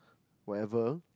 whatever